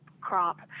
crop